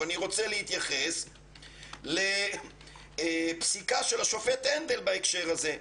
ואני אתייחס לפסיקה של השופט הנדל בהקשר הזה.